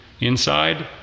inside